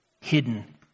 hidden